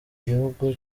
gihugu